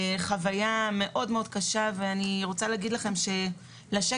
חוויה מאוד מאוד קשה ואני רוצה לומר לכם שלשקל